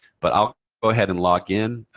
but i'll go ahead and log in